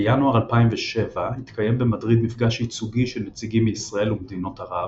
בינואר 2007 התקיים במדריד מפגש ייצוגי של נציגים מישראל וממדינות ערב,